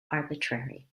arbitrary